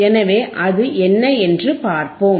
எனவே அது என்ன என்று பார்ப்போம்